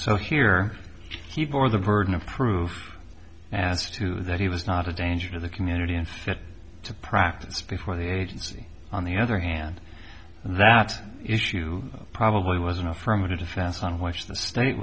so here he for the burden of proof as to that he was not a danger to the community and that to practice before the agency on the other hand that issue probably was an affirmative defense on which the state